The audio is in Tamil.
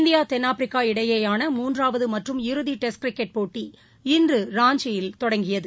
இந்தியா தென்னாப்பிரிக்காக இடையேயான மூன்றாவது மறறும் இறுதி டெஸ்ட் கிரிக்கெட் போட்டி இன்று ராஞ்சியில் தொடங்கியது